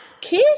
Kiss